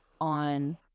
on